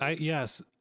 yes